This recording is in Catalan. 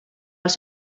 els